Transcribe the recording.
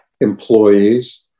employees